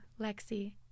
Lexi